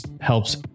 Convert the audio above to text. helps